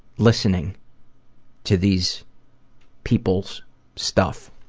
listening to these people's stuff.